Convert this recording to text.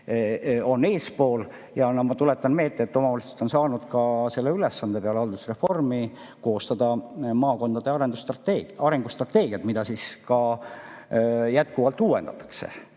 on eespool. Ja ma tuletan meelde, et omavalitsused on saanud ka selle ülesande peale haldusreformi koostada maakondade arengustrateegiad, mida siis ka jätkuvalt uuendatakse,